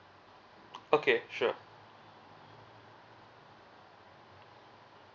okay sure